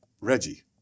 Reggie